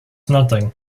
nothing